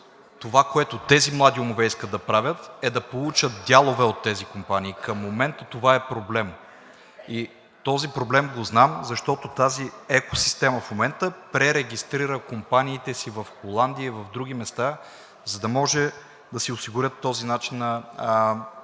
това, което тези млади умове искат да правят, е да получат дялове от тези компании. Към момента това е проблем и този проблем го знам, защото тази екосистема в момента пререгистрира компаниите си в Холандия и на други места, за да може да си осигурят този начин на опериране.